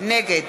נגד